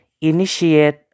initiate